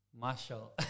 Marshall